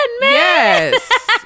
Yes